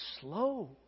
slow